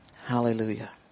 Hallelujah